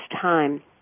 time